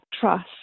Trust